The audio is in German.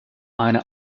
einer